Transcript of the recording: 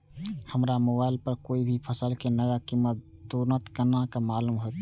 हमरा मोबाइल पर कोई भी फसल के नया कीमत तुरंत केना मालूम होते?